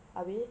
habis